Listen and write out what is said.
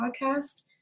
podcast